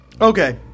Okay